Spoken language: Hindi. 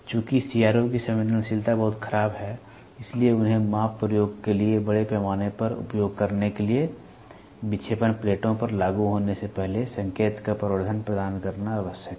चूंकि सीआरओ की संवेदनशीलता बहुत खराब है इसलिए उन्हें माप प्रयोग के लिए बड़े पैमाने पर उपयोग करने के लिए विक्षेपण प्लेटों पर लागू होने से पहले संकेत का प्रवर्धन प्रदान करना आवश्यक है